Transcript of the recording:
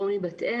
שמי בת אל,